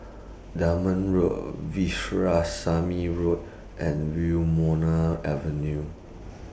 Road Road and Wilmonar Avenue